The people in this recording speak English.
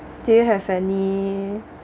do you have any